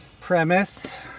premise